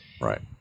Right